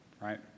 right